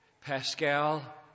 Pascal